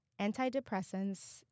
antidepressants